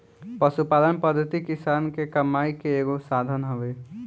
पशुपालन पद्धति किसान के कमाई के एगो साधन हवे